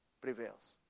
prevails